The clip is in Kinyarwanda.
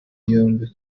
yombi